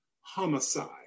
homicide